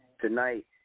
tonight